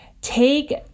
take